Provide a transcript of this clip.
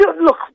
look